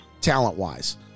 talent-wise